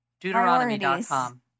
Deuteronomy.com